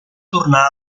tornar